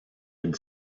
had